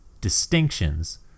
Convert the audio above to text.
distinctions